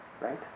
Right